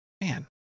Man